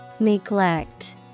Neglect